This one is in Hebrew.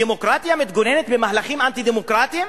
דמוקרטיה מתגוננת במהלכים אנטי-דמוקרטיים?